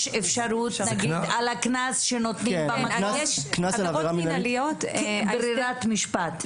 אפשרות לערער על הקנס שנותנים במקום כברירת משפט?